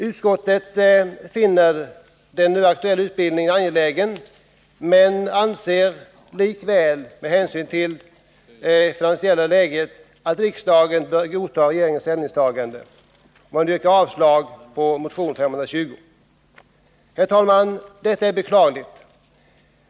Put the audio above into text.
Utskottet finner den nu aktuella utbildningen angelägen men anser likväl med hänsyn till det statsfinansiella läget att riksdagen bör godta regeringens ställningstagande i frågan. Utskottet yrkar därför avslag på motion 520. Herr talman! Detta är beklagligt.